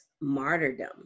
martyrdom